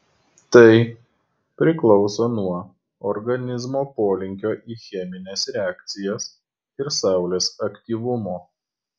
tai priklauso nuo organizmo polinkio į chemines reakcijas ir saulės aktyvumo